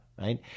right